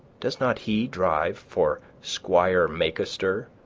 does not he drive for squire make-a-stir?